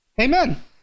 Amen